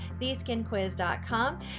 theskinquiz.com